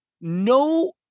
no